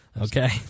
Okay